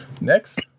Next